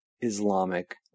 Islamic